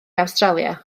awstralia